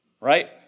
right